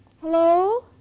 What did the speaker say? Hello